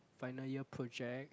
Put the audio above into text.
final year project